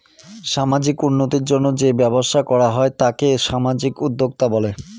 সামাজিক উন্নতির জন্য যেই ব্যবসা করা হয় তাকে সামাজিক উদ্যোক্তা বলে